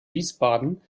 wiesbaden